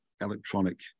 electronic